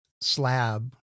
slab